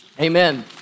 Amen